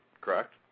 correct